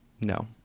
No